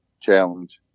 challenge